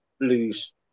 lose